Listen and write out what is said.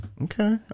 Okay